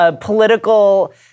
political